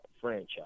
Franchise